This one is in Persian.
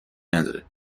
نداره